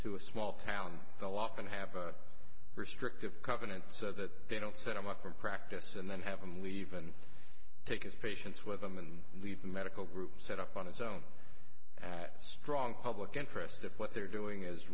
to a small town they'll often have a restrictive covenants so that they don't set them up for practice and then have them leave and take his patients with them and leave the medical group set up on his own at strong public interest if what they're doing is